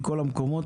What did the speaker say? מכל המקומות,